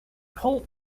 colt